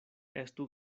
estu